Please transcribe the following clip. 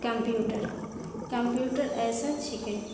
computer computer अइसन छिकै